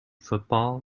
football